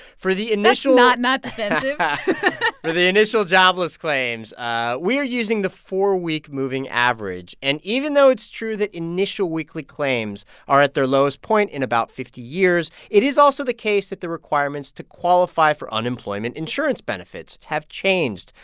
for the initial. that's not, not defensive for the initial jobless claims, ah we are using the four-week moving average. and even though it's true that initial weekly claims are at their lowest point in about fifty years, it is also the case that the requirements to qualify for unemployment insurance benefits have changed.